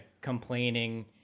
complaining